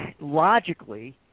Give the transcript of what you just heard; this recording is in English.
logically